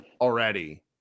already